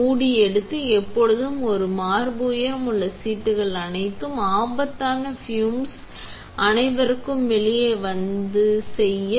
மூடி எடுத்து எப்போதும் ஒரு மார்பு உயரம் உள்ள சீட்டுகள் அனைத்து ஆபத்தான fumes அனைவருக்கும் வெளியே வந்து செய்ய